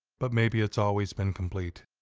but maybe it's always been complete.